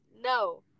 No